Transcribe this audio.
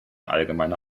allgemeine